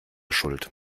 schuld